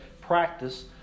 practice